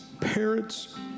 parents